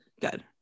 good